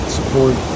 support